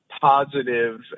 positive